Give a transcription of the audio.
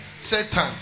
Satan